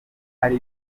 ari